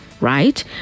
right